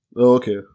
okay